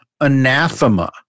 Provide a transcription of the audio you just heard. anathema